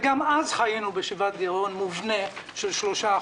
וגם אז חיינו בסביבת גירעון מובנה של 3%,